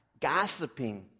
gossiping